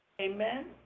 Amen